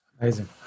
Amazing